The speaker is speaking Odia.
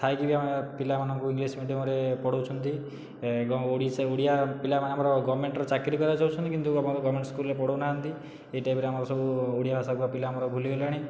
ଥାଇକି ବି ଆମେ ପିଲାମାନଙ୍କୁ ଇଂଲିଶ ମିଡ଼ିଅମରେ ପଢ଼ଉଛନ୍ତି ଓଡ଼ିଶା ଓଡ଼ିଆ ପିଲାମାନେ ଆମର ଗଭର୍ଣ୍ଣମେଣ୍ଟର ଚାକିରୀ କରିବାକୁ ଚାହୁଁଛନ୍ତି କିନ୍ତୁ ଆମ ଗଭର୍ଣ୍ଣମେଣ୍ଟ ସ୍କୁଲରେ ପଢ଼ଉନାହାନ୍ତି ଏହି ଟାଇପର ଆମର ସବୁ ଓଡ଼ିଆ ଭାଷା କୁହା ପିଲା ଆମର ସବୁ ଭୁଲିଗଲେଣି